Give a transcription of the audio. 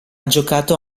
giocato